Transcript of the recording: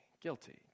Guilty